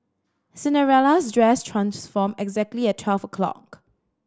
Cinderella's dress transformed exactly at twelve o'clock